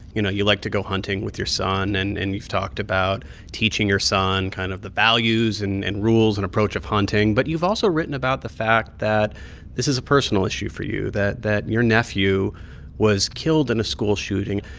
you know, you like to go hunting with your son, and and you've talked about teaching your son kind of the values and and rules and approach of hunting. but you've also written about the fact that this is a personal issue for you, that that your nephew was killed in a school shooting.